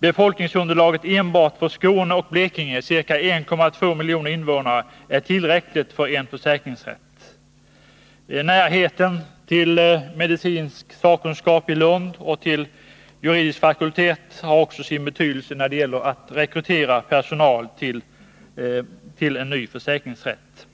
Befolkningsunderlaget enbart för Skåne och Blekinge, ca 1,2 miljoner invånare, är tillräckligt för att motivera en försäkringsrätt. Närheten till medicinsk sakkunskap och till juridisk fakultet i Lund har också sin betydelse när det gäller att rekrytera personal till en ny försäkringsrätt.